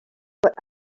what